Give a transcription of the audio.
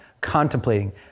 contemplating